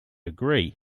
agree